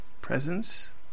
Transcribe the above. presence